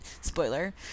spoiler